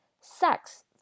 sex